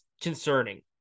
concerning